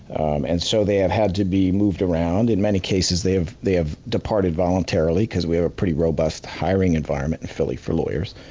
um and so, they have had to be moved around. in many cases they have they have departed voluntarily because we have a pretty robust hiring environment in philly for lawyers.